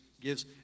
gives